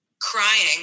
crying